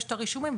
יש הרישומים,